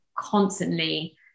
constantly